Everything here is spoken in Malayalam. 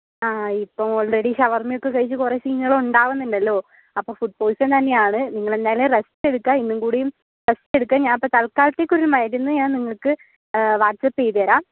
ആ ഇപ്പോൾ ഓൾറെഡി ഷവർമയൊക്കെ കഴിച്ചു കുറെ സീനുകള് ഉണ്ടാവുന്നുണ്ടല്ലോ അപ്പോൾ ഫുഡ് പോയിസൺ തന്നെയാണ് നിങ്ങളെന്തായായാലും റസ്റ്റ് ഇന്നും കൂടിം റസ്റ്റ് എടുക്കുക ഞാൻ ഇപ്പം തൽക്കാലത്തേക്ക് ഒരു മരുന്ന് ഞാൻ നിങ്ങൾക്ക് വാട്ട്സപ്പ് ചെയ്ത് തരാം